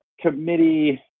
committee